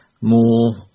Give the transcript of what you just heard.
more